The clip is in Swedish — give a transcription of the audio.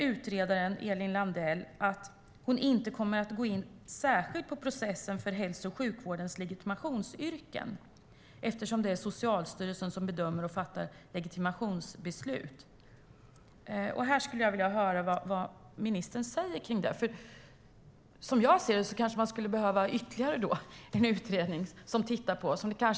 Utredaren Elin Landell säger att hon inte kommer att gå in särskilt på processen för hälso och sjukvårdens legitimationsyrken eftersom det är Socialstyrelsen som bedömer och fattar legitimationsbeslut. Jag skulle vilja höra vad ministern säger om det. Som jag ser det kanske man skulle behöva ytterligare en utredning.